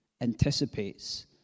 anticipates